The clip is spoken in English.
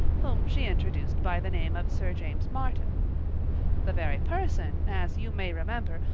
whom she introduced by the name of sir james martin the very person, as you may remember,